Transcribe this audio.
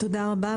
תודה רבה.